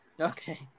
Okay